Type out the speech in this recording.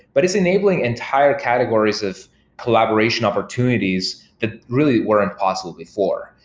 but it's enabling entire categories of collaboration opportunities that really were impossible before.